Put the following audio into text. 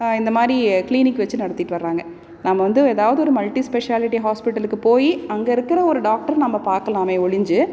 இந்த மாதிரி கிளினிக் வச்சு நடத்திட்டு வர்றாங்க நாம வந்து எதாவது ஒரு மல்ட்டி ஸ்பெஷாலிட்டி ஹாஸ்பிட்டலுக்கு போய் அங்கே இருக்கிற ஒரு டாக்டரை நம்ம பார்க்கலாமே ஒழிஞ்சு